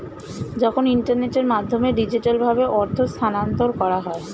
যখন ইন্টারনেটের মাধ্যমে ডিজিটালভাবে অর্থ স্থানান্তর করা হয়